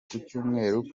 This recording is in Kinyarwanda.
kucyumweru